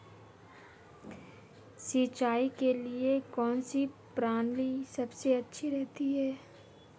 सिंचाई के लिए कौनसी प्रणाली सबसे अच्छी रहती है?